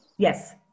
Yes